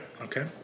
Okay